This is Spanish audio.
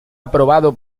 aprobado